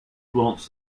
grants